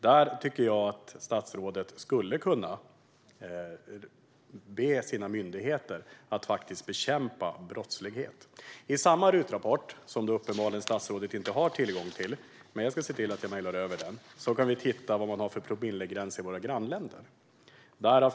Där skulle statsrådet kunna be sina myndigheter att bekämpa brottslighet. I samma RUT-rapport, som statsrådet uppenbarligen inte har tillgång till, men jag ska se till att mejla över den, kan vi se på promillegränserna i våra grannländer.